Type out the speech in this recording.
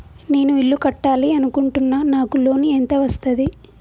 నేను ఇల్లు కట్టాలి అనుకుంటున్నా? నాకు లోన్ ఎంత వస్తది?